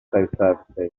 isosurfaces